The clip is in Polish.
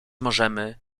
możemy